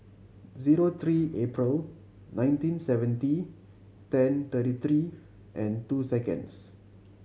zero three April nineteen seventy ten thirty three and two seconds